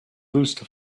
loose